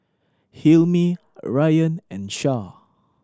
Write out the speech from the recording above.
Hilmi Rayyan and Syah